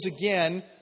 again